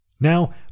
Now